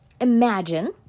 imagine